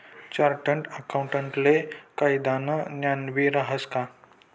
chartered अकाऊंटले कायदानं ज्ञानबी रहास का